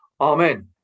Amen